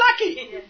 lucky